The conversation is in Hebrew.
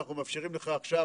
אנחנו מאפשרים לך עכשיו,